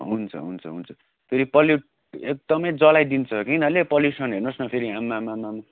हुन्छ हुन्छ हुन्छ फेरि पल्युट एकदमै जलाइदिन्छ कि यिनीहरूले पल्युसन हेर्नुहोस् न फेरि आम्मामामाम